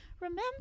remember